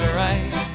right